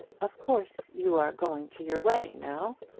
of course you are going to your wedding now?